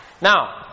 Now